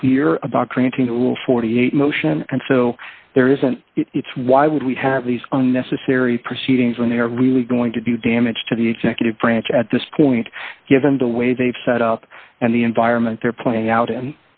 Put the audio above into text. clear about granting that will forty eight dollars motion and so there isn't it's why would we have these unnecessary proceedings when they're really going to do damage to the executive branch at this point given the way they've set up and the environment they're playing out and